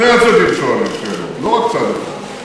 שני הצדדים שואלים שאלות, לא רק צד אחד.